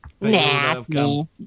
Nasty